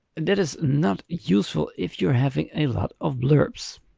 that is not useful if you're having a lot of blurbs.